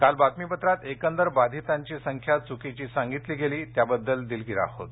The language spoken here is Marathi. काल बातमीपत्रात एकंदर बाधितांची संख्या चुकीची सांगितली गेली त्याबद्दल दिलगीर आहोत